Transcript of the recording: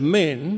men